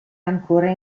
ancora